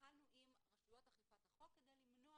התחלנו עם רשויות אכיפת החוק כדי למנוע